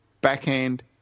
backhand